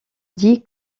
dit